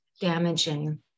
damaging